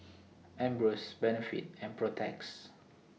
Ambros Benefit and Protex